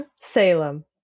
Salem